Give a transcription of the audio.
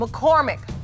McCormick